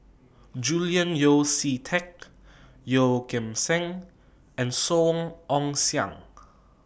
Julian Yeo See Teck Yeoh Ghim Seng and Song Ong Siang